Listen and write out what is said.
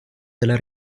della